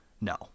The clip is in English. No